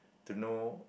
to know